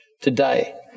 today